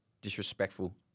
disrespectful